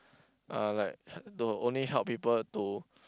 uh like the only help people to